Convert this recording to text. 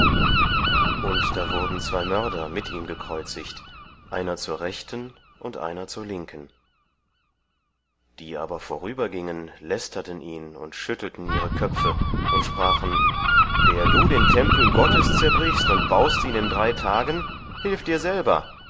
und da wurden zwei mörder mit ihm gekreuzigt einer zur rechten und einer zur linken die aber vorübergingen lästerten ihn und schüttelten ihre köpfe und sprachen der du den tempel gottes zerbrichst und baust ihn in drei tagen hilf dir selber